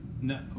No